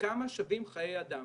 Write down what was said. כמה שווים חיי אדם.